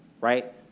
right